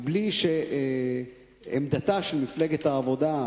בלי שעמדתה של מפלגת העבודה,